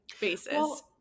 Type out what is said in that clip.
basis